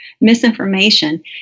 misinformation